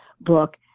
book